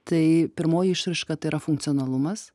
tai pirmoji išraiška tai yra funkcionalumas